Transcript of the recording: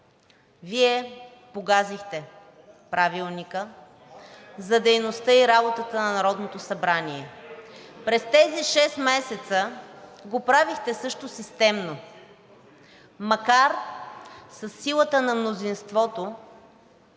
Вие погазихте Правилника за работата и дейността на Народното събрание. През тези шест месеца го правихте също системно, макар със силата на мнозинството